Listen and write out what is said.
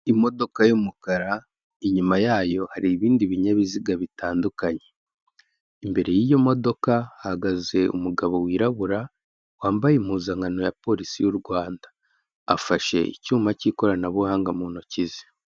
Imodoka y'umukara inyuma yayo hari ibindi binyabiziga bitandukanye. Imbere y'iyo modoka hahagaze umugabo wirabura wambaye impuzankano ya polisi y'u Rwanda. Afashe icyuma cy'ikoranabuhanga mu ntoki ze.